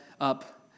up